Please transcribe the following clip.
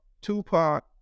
Tupac